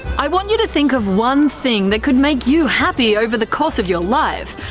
i want you to think of one thing that could make you happy over the course of your life.